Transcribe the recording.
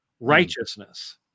righteousness